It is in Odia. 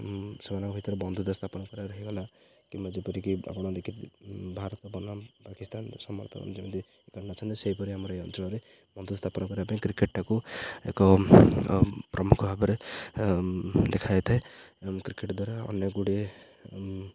ସେମାନଙ୍କ ଭିତରେ ବନ୍ଧୁତା ସ୍ଥାପନ କରା ରହିଗଲା କିମ୍ବା ଯେପରିକି ଆପଣ ଭାରତ ବନାମ ପାକିସ୍ତାନ ସମର୍ଥନ ଯେମିତି ଅଛନ୍ତି ସେହିପରି ଆମର ଏ ଅଞ୍ଚଳରେ ବନ୍ଧୁ ସ୍ଥାପନ କରିବା ପାଇଁ କ୍ରିକେଟ୍ଟାକୁ ଏକ ପ୍ରମୁଖ ଭାବରେ ଦେଖାାଯାଇଥାଏ କ୍ରିକେଟ୍ ଦ୍ୱାରା ଅନେକଗୁଡ଼ିଏ